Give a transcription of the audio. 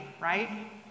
right